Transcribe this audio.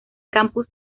campus